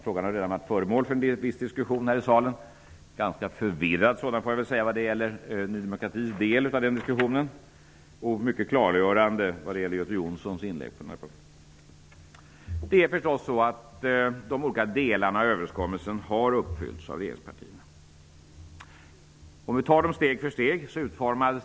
Frågan har redan varit föremål för en viss diskussion här i salen. Ny demokratis del av den diskussionen har varit ganska förvirrad, medan Göte Jonssons inlägg på den här punkten har varit mycket klargörande. De olika delarna av överenskommelsen har förstås uppfyllts av regeringspartierna. Vi kan ta dem steg för steg.